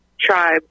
tribe